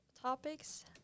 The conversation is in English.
topics